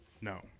No